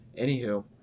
Anywho